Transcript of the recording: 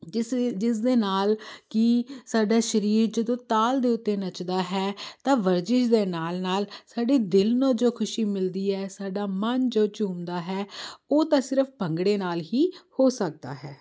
ਕਿਸੇ ਜਿਸ ਦੇ ਨਾਲ ਕੀ ਸਾਡਾ ਸਰੀਰ ਜਦੋਂ ਤਾਲ ਦੇ ਉੱਤੇ ਨੱਚਦਾ ਹੈ ਤਾਂ ਵਰਜਿਸ਼ ਦੇ ਨਾਲ ਨਾਲ ਸਾਡੇ ਦਿਲ ਨੂੰ ਜੋ ਖੁਸ਼ੀ ਮਿਲਦੀ ਹੈ ਸਾਡਾ ਮਨ ਜੋ ਝੂਮਦਾ ਹੈ ਉਹ ਤਾਂ ਸਿਰਫ਼ ਭੰਗੜੇ ਨਾਲ ਹੀ ਹੋ ਸਕਦਾ ਹੈ